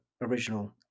original